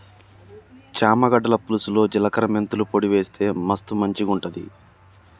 చామ గడ్డల పులుసులో జిలకర మెంతుల పొడి వేస్తె మస్తు మంచిగుంటది